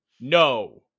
no